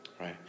Right